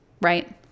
right